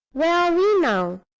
where are we now?